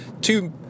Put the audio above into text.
Two